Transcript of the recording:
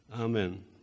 Amen